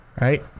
Right